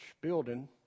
building